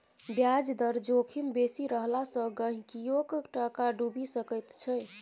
ब्याज दर जोखिम बेसी रहला सँ गहिंकीयोक टाका डुबि सकैत छै